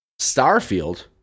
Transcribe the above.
Starfield